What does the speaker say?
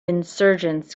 insurgents